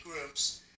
groups